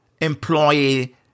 employee